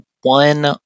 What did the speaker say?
one